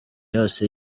yose